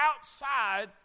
outside